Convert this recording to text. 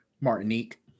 martinique